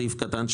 סעיף קטן 8א(ב2),